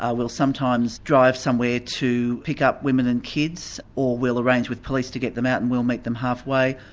ah we'll sometimes drive somewhere to pick up women and kids, or we'll arrange with police to get them out and we'll meet them half way.